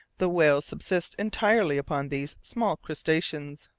the whales subsist entirely upon these small crustaceans.